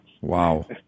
Wow